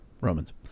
Romans